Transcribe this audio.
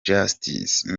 justice